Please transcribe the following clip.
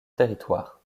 territoire